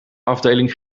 afdeling